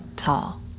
tall